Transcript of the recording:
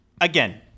again